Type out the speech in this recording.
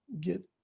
get